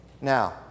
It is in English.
Now